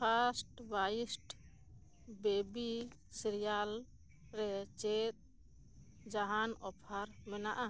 first bites baby cereals ᱨᱮ ᱪᱮᱫ ᱡᱟᱦᱟᱱ ᱚᱯᱷᱟᱨ ᱢᱮᱱᱟᱜᱼᱟ